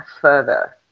further